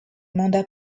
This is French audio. mandats